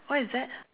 what is that